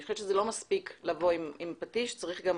אני חושבת שזה לא מספיק לבוא עם פטיש, צריך גם